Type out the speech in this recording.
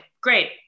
great